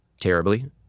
Terribly